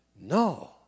No